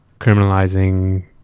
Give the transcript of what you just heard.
criminalizing